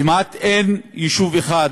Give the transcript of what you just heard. כמעט אין יישוב אחד